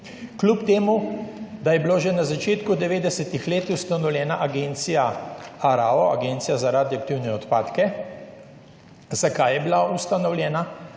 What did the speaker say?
kljub temu da je bila že na začetku 90. let ustanovljena agencija ARAO – Agencija za radioaktivne odpadke. Zakaj je bila ustanovljena